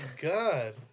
god